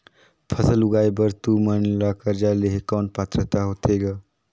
फसल उगाय बर तू मन ला कर्जा लेहे कौन पात्रता होथे ग?